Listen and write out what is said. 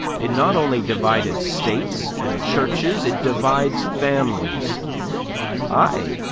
it not only divided states and churches, it divides families ay,